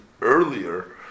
earlier